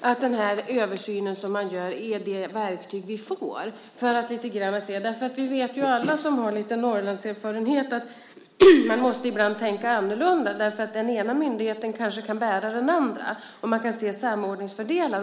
att den översyn man gör är det verktyg vi får. Alla vi som har lite Norrlandserfarenhet vet att man ibland måste tänka annorlunda. Den ena myndigheten kanske kan bära den andra, och man kan se samordningsfördelar.